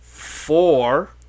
four